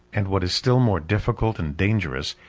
and, what is still more difficult and dangerous,